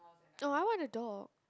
oh I want a dog